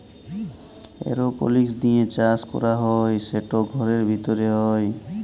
এরওপলিক্স দিঁয়ে চাষ ক্যরা হ্যয় সেট ঘরের ভিতরে হ্যয়